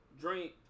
drink